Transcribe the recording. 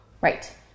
right